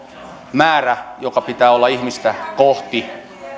määrä joka pitää olla ihmistä kohti